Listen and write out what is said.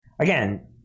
Again